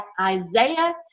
Isaiah